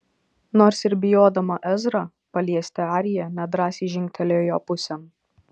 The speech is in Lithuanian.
nors ir bijodama ezrą paliesti arija nedrąsiai žingtelėjo jo pusėn